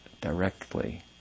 directly